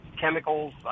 chemicals